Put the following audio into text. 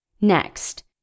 Next